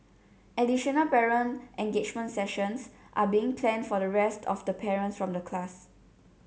additional parent engagement sessions are being planned for the rest of the parents from the class